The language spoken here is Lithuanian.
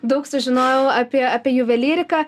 daug sužinojau apie apie juvelyriką